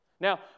Now